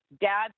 Dad